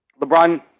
LeBron